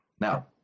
Now